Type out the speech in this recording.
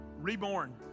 Reborn